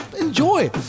enjoy